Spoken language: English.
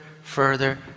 further